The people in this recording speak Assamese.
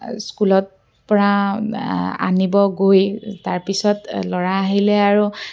স্কুলত পৰা আনিবগৈ তাৰপিছত ল'ৰা আহিলে আৰু